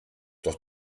doch